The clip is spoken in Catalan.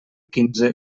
quinze